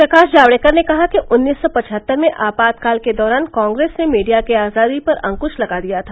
प्रकाश जावड़ेकर ने कहा कि उन्नीस सौ पचहत्तर में आपातकाल के दौरान कांग्रेस ने मीडिया की आजादी पर अंक्श लगा दिया था